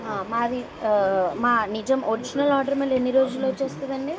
మాది మా నిజం ఒరిజినల్ ఆర్డర్ మీ ఎన్ని రోజులలో వస్తుంది అండి